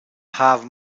have